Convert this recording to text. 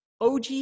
OG